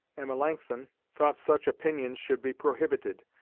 and melanchthon thought such opinions should be prohibited,